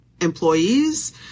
employees